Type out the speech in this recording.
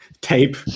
tape